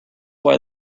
why